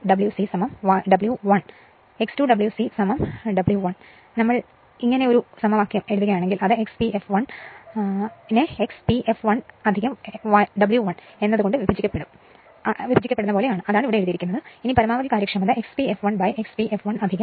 അപ്പോൾ അത് x P fl x P fl Wi അതാണ് ഇവിടെ എഴുതിയിരിക്കുന്നത് തുടർന്ന് പരമാവധി കാര്യക്ഷമത x P fl x P fl 2 Wi